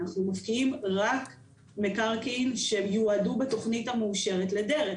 אנחנו מפקיעים רק מקרקעין שיועדו בתוכנית המאושרת לדרך.